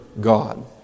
God